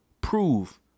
prove